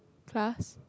class